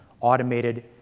automated